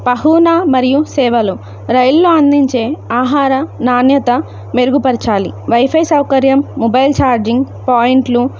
బహుళ మరియు సేవలు రైల్లో అందించే ఆహార నాణ్యత మెరుగుపరచాలి వైఫై సౌకర్యం మొబైల్ ఛార్జింగ్ పాయింట్లు